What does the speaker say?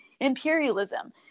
imperialism